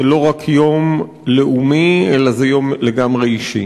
לא רק יום לאומי אלא זה יום לגמרי אישי,